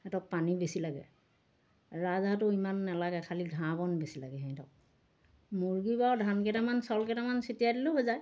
সিহঁতক পানী বেছি লাগে ৰাজ হাঁহটো ইমান নালাগে খালি ঘাঁহ বন বেছি লাগে এই সিহঁতক মুৰ্গী বাৰু ধান কেইটামান চাউল কেইটামান চটিয়াই দিলেও হৈ যায়